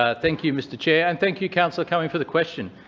ah thank you, mr chair, and thank you, councillor cumming, for the question.